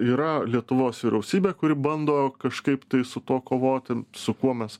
yra lietuvos vyriausybė kuri bando kažkaip tai su tuo kovoti su kuo mes